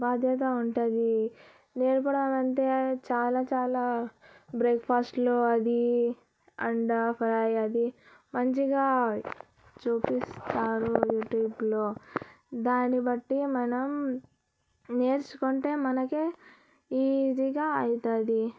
బాధ్యత ఉంటుంది నేను కూడా అంతే చాలా చాలా బ్రేక్ ఫాస్ట్లో అది అండ్ అది మంచిగా చూపిస్తారు యూట్యూబ్లో దాన్నిబట్టి మనం నేర్చుకుంటే మనకే ఈజీగా అవుతుంది